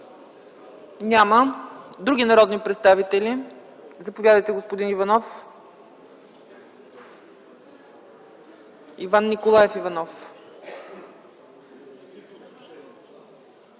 ли други народни представители? Заповядайте – господин Иван Николаев Иванов.